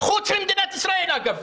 חוץ מאשר במדינת ישראל, אגב.